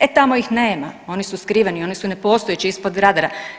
E tamo ih nema, oni su skriveni, oni su nepostojeći, ispod rada.